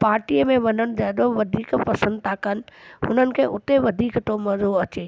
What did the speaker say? पाटीअ में वञनि ॾाढो वधीक पसंदि था कनि हुननि खे हुते वधीक थो मज़ो अचे